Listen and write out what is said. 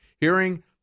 hearing